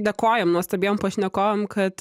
dėkojam nuostabiem pašnekovam kad